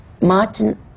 Martin